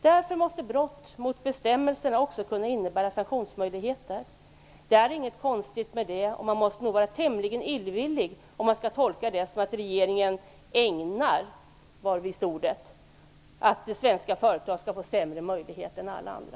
Därför måste brott mot bestämmelserna också kunna innebära sanktionsmöjligheter. Det är inget konstigt med det. Man måste nog vara tämligen illvillig för att tolka det som att regeringen ägnar - det var visst ordet - lagen till att svenska företag skall få sämre möjligheter än alla andra.